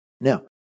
Now